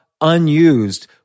unused